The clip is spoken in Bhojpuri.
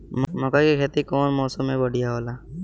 मकई के खेती कउन मौसम में बढ़िया होला?